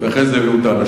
אחר כך הועברו,